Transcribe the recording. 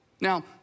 Now